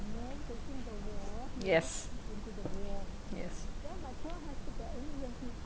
yes yes